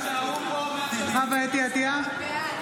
עטיה,